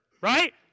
right